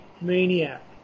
maniac